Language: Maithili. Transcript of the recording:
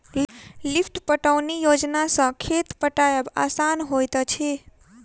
लिफ्ट पटौनी योजना सॅ खेत पटायब आसान होइत अछि